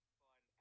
fun